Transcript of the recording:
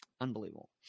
Unbelievable